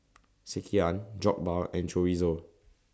Sekihan Jokbal and Chorizo